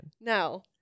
No